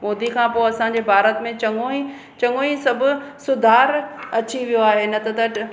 मोदी खां पोइ असांजे भारत में चङो ई चङो ई सभु सुधार अची वियो आहे न त त अॼु